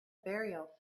burial